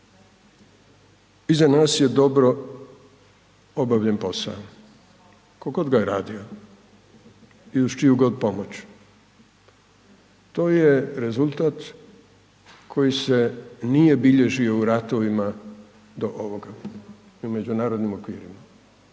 iza nas je dobro obavljen posao, tko god ga je radio i uz čiju god pomoć. To je rezultat koji se nije bilježio u ratovima do ovoga u međunarodnim okvirima,